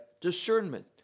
discernment